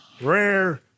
Rare